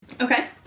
Okay